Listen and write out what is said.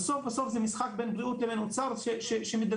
בסוף זה משחק בין בריאות לבין אוצר שמדבר,